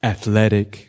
Athletic